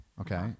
okay